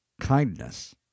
kindness